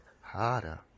harder